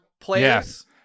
players